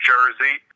Jersey